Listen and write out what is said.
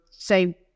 Say